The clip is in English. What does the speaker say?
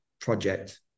project